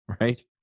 right